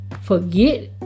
forget